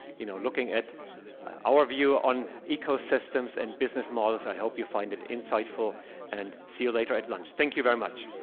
you know looking at our view on ecosystems and business models that help you find it insightful and see you later at lunch. thank you very much